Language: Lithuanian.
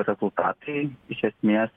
rezultatai iš esmės